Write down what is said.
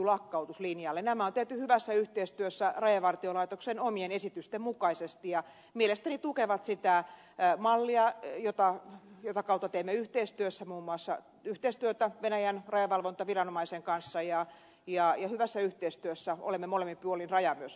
nämä on tehty hyvässä yhteistyössä rajavartiolaitoksen omien esitysten mukaisesti ja mielestäni tukevat sitä mallia jonka kautta teemme yhteistyötä muun muassa venäjän rajavalvontaviranomaisen kanssa ja hyvässä yhteistyössä olemme molemmin puolin raja asioissa edenneet